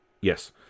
Yes